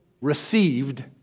received